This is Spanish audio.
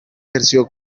ejerció